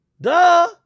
Duh